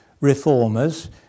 reformers